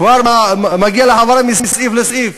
כבר מגיע למעבר מסעיף לסעיף.